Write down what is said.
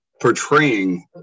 portraying